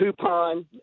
coupon